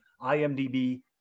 IMDb